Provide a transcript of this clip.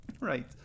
Right